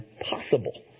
possible